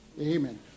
Amen